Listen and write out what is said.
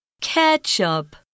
Ketchup